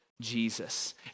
Jesus